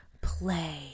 Play